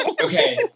Okay